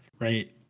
right